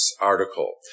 article